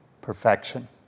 perfection